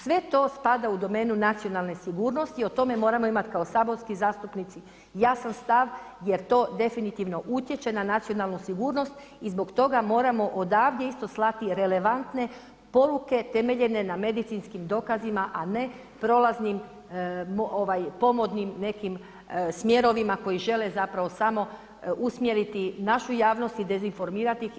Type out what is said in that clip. Sve to spada u domenu nacionalne sigurnosti i o tome moramo imati kao saborski zastupnici jasan stav jer to definitivno utječe na nacionalnu sigurnost i zbog toga moramo odavde isto slati relevantne poruke temeljene na medicinskim dokazima a ne prolaznim pomodnim nekim smjerovima koji žele zapravo samo usmjeriti našu javnost i dezinformirati ih.